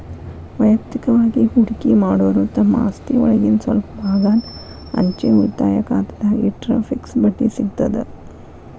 ವಯಕ್ತಿಕವಾಗಿ ಹೂಡಕಿ ಮಾಡೋರು ತಮ್ಮ ಆಸ್ತಿಒಳಗಿಂದ್ ಸ್ವಲ್ಪ ಭಾಗಾನ ಅಂಚೆ ಉಳಿತಾಯ ಖಾತೆದಾಗ ಇಟ್ಟರ ಫಿಕ್ಸ್ ಬಡ್ಡಿ ಸಿಗತದ